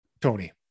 tony